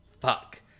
fuck